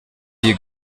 iyi